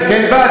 תיתן בד,